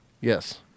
yes